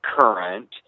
current